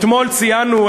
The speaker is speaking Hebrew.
אתמול ציינו,